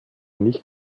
nicht